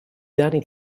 dani